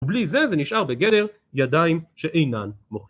ובלי זה זה נשאר בגדר ידיים שאינן מוכיחות